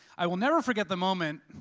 i will never forget the moment,